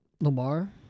Lamar